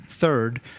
third